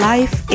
Life